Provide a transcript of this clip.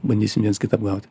bandysim viens kitą apgauti